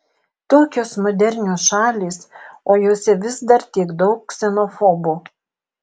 tokios modernios šalys o jose vis dar tiek daug ksenofobų